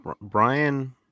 Brian